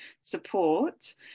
support